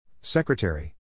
Secretary